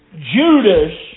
Judas